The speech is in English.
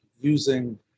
using